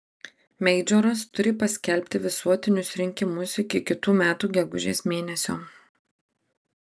meidžoras turi paskelbti visuotinius rinkimus iki kitų metų gegužės mėnesio